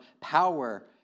power